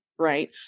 Right